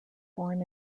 born